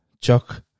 Chuck